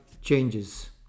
changes